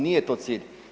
Nije to cilj.